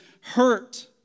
hurt